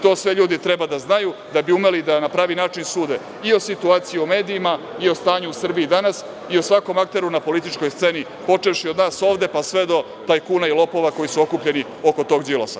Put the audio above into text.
To sve ljudi treba da znaju da bi umeli da na pravi način sude i o situaciji u medijima, i o stanju u Srbiji danas, i o svakom akteru na političkoj sceni, počevši od nas ovde pa sve do tajkuna i lopova koji su okupljeni oko tog Đilasa.